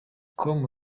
com